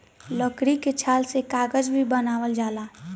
लकड़ी के छाल से कागज भी बनावल जाला